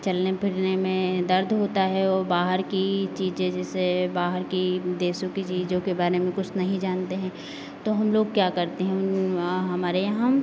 चलने फिरने में दर्द होता है ओ बाहर की चीज़ें जैसे बाहर की देशों की चीज़ों के बारे में कुछ नहीं जानते हैं तो हम लोग क्या करते हैं उन हमारे यहाँ